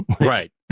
Right